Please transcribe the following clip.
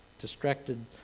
distracted